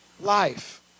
life